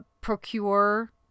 procure